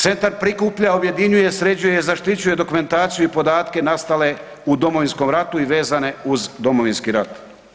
Centar prikuplja, objedinjuje, sređuje i zaštićuje dokumentaciju i podatke nastale u Domovinskog ratu i vezane uz Domovinski rat.